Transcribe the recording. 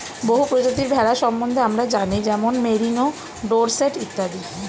বহু প্রজাতির ভেড়া সম্বন্ধে আমরা জানি যেমন মেরিনো, ডোরসেট ইত্যাদি